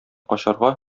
качарга